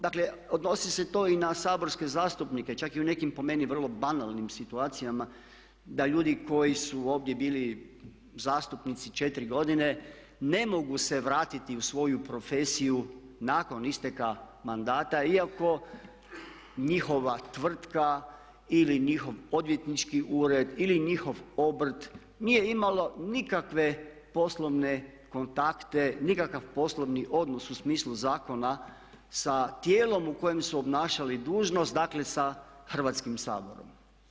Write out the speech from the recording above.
Dakle, odnosi se to i na saborske zastupnike čak i u nekim po meni vrlo banalnim situacijama da ljudi koji su ovdje bili zastupnici 4 godine ne mogu se vratiti u svoju profesiju nakon isteka mandata iako njihova tvrtka ili njihov odvjetnički ured ili njihov obrt nije imalo nikakve poslovne kontakte, nikakav poslovni odnos u smislu zakona sa tijelom u kojem su obnašali dužnost, dakle sa Hrvatskim saborom.